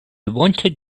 wanted